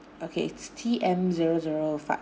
okay it's T M zero zero five